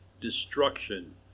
destruction